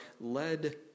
led